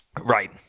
Right